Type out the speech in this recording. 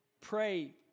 pray